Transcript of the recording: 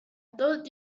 told